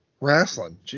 wrestling